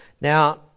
Now